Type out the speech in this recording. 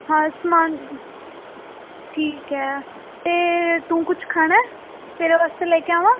ਹਰ ਸਮਾਨ ਠੀਕ ਹੈ ਅਤੇ ਤੂੰ ਕੁਝ ਖਾਣਾ ਤੇਰੇ ਵਾਸਤੇ ਲੈ ਕੇ ਆਵਾਂ